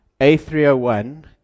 A301